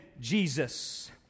Jesus